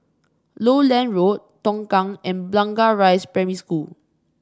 Lowland Road Tongkang and Blangah Rise Primary School